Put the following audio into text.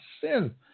sin